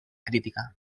crítica